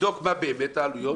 נבדוק מה באמת העלויות,